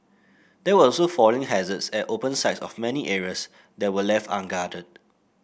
there were also falling hazards at open sides of many areas that were left unguarded